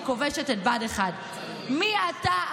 שכובשת את בה"ד 1. מי אתה,